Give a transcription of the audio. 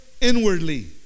inwardly